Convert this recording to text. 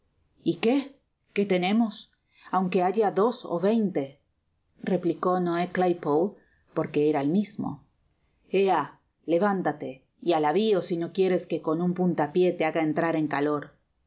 qué qué tenemos aunque haya dos ó veinte replicó noé claypole porque era el mismo ea levántate y al avio sino quieres que con un punta pié ie haga entrar en calor